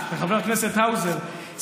חבר הכנסת האוזר,